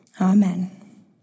Amen